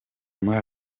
muri